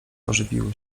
ożywiły